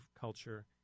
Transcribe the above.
culture